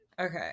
Okay